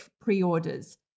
pre-orders